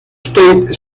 state